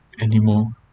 anymore